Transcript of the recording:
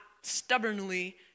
stubbornly